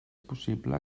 possible